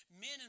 Men